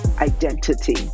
identity